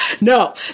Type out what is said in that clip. no